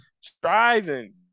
striving